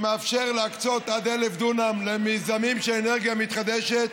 שמאפשר להקצות עד 1,000 דונם למיזמים של אנרגיה מתחדשת,